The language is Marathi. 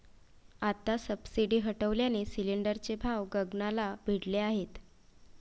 आता सबसिडी हटवल्याने सिलिंडरचे भाव गगनाला भिडले आहेत